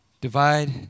divide